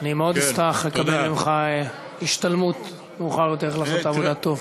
אני מאוד אשמח לקבל ממך השתלמות מאוחר יותר איך לעשות את העבודה טוב.